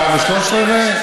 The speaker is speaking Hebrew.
שעה ושלושת רבעי?